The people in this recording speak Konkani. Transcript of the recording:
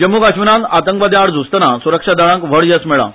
जम्मू काश्मिरात आतंकवाद्या आड झुंजताना सुरक्षा दळांक व्हड येश मेळळां